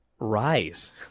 Rise